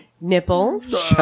Nipples